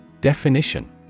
Definition